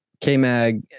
K-Mag